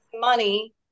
money